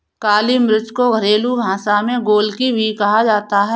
काली मिर्च को घरेलु भाषा में गोलकी भी कहा जाता है